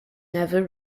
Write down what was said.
never